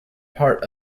part